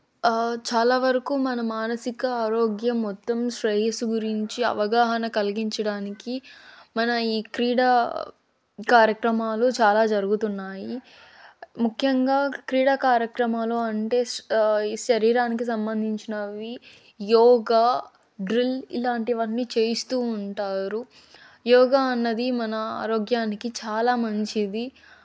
చాలా వరకు మన మానసిక ఆరోగ్యం మొత్తం శ్రేయస్సు గురించి అవగాహన కలిగించడానికి మన ఈ క్రీడా కార్యక్రమాలు చాలా జరుగుతున్నాయి ముఖ్యంగా క్రీడా కార్యక్రమాలు అంటే ఈ శరీరానికి సంబంధించినవి యోగా డ్రిల్ ఇలాంటివి అన్నీ చేయిస్తు ఉంటారు యోగా అన్నది మన ఆరోగ్యానికి చాలా మంచిది